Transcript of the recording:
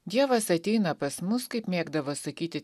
dievas ateina pas mus kaip mėgdavo sakyti